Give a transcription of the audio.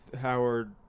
Howard